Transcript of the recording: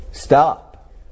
Stop